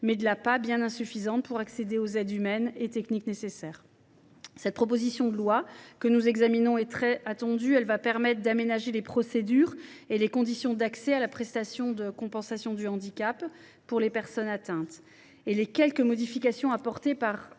laquelle est bien insuffisante pour accéder aux aides humaines et techniques. La proposition de loi que nous examinons est très attendue : elle permettra d’aménager les procédures et les conditions d’accès à la prestation de compensation du handicap, pour les personnes atteintes. Les quelques modifications apportées par